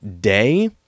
day